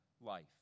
life